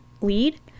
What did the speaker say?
lead